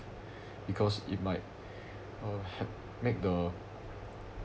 because it might ha~ make the